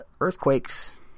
earthquakes